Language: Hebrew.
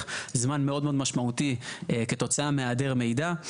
זמן מאוד מאוד משמעותי כתוצאה מהעדר מידע.